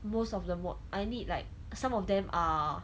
most of the mod I need like some of them are